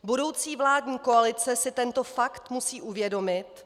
Budoucí vládní koalice si tento fakt musí uvědomit.